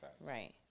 right